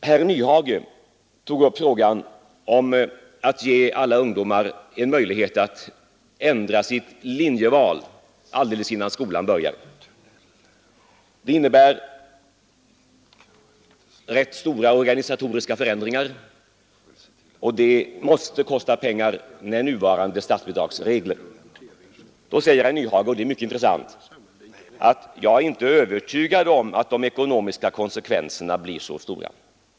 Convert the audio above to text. Herr Nyhage tog upp frågan om att ge alla ungdomar möjlighet att ändra sitt linjeval alldeles innan skolan börjar. Det innebär rätt stora organisatoriska förändringar, och det måste kosta pengar med nuvarande statsbidragsregler. Då säger herr Nyhage, och det är mycket intressant, att ”jag är inte övertygad om att de ekonomiska konsekvenserna blir så stora”.